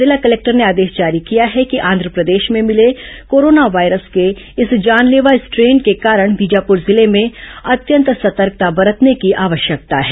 जिला कलेक्टर ने आदेश जारी किया है कि आंधप्रदेश में मिले कोरोना वायरस के इस जानलेवा स्टेन के कारण बीजापुर जिले में अत्यंत सतर्कता बरतने की आवश्यकता है